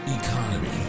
economy